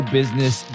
business